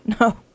No